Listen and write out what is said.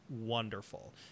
wonderful